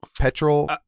Petrol